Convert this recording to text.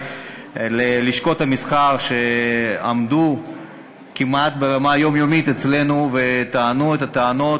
ללשכות המסחר שעמדו כמעט ברמה יומיומית אצלנו וטענו את הטענות